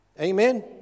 Amen